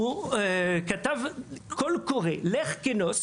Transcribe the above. כתב בקול קורא כך: